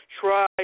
try